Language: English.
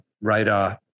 Radar